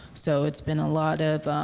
so it's been a lot of